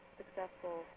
successful